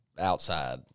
outside